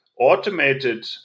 automated